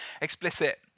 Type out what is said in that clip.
explicit